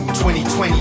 2020